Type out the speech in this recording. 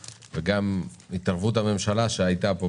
וגם ההתערבות המסיבית מאוד של הממשלה שהייתה פה,